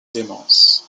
démence